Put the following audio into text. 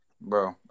Bro